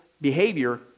behavior